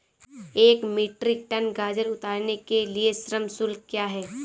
एक metric ton गाजर उतारने के लिए श्रम शुल्क क्या है?